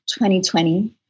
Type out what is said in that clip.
2020